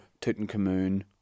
Tutankhamun